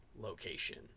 location